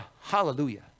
hallelujah